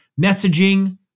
messaging